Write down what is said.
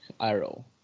arrow